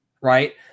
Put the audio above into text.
right